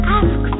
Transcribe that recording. ask